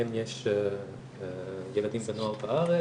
שבהן יש ילדים ונוער בארץ.